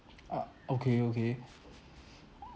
uh okay okay